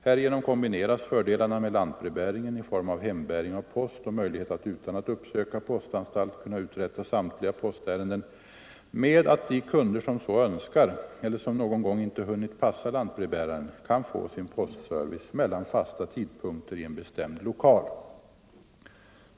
Härigenom kombineras fördelarna med lantbrevbäringen —-i form av hembäring av post och möjlighet att utan att uppsöka postanstalt kunna uträtta samtliga postärenden — med att de kunder som så önskar eller som någon gång inte hunnit passa lantbrevbäraren kan få sin postservice mellan fasta tidpunkter i en bestämd lokal.